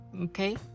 Okay